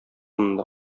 монда